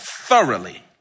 thoroughly